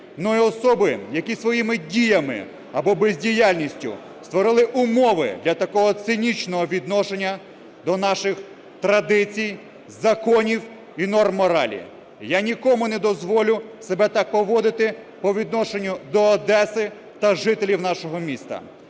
але і особи, які своїми діями або бездіяльністю створили умови для такого цинічного відношення до наших традицій, законів і норм моралі, я нікому не дозволю себе так поводити по відношенню до Одеси та жителів нашого міста.